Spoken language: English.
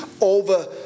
over